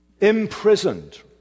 imprisoned